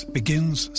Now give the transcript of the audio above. begins